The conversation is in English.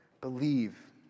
believe